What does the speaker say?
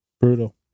brutal